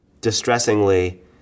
distressingly